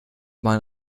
man